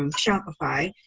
um shopify,